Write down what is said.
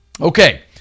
Okay